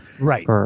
Right